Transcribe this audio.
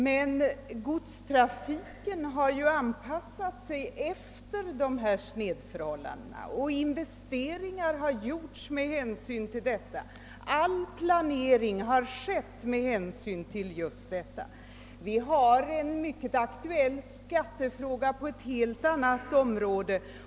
Men godstrafiken har ju anpassat sig efter nuvarande snedvridna förhållanden och investeringar har gjorts med hänsyn till detta. All planering har skett med hänsyn just till den situationen. Vi har en mycket aktuell skattefråga att diskutera på ett helt annat område.